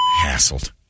hassled